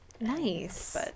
nice